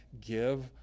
give